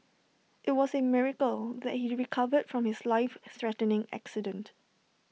IT was A miracle that he recovered from his life threatening accident